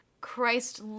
Christ